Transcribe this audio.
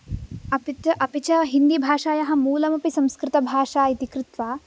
अपि तु अपि च हिन्दीभाषायाः मूलमपि संस्कृतभाषा इति कृत्वा